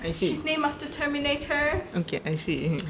I see okay I see